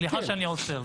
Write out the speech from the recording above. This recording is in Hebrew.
סליחה שאני עוצר.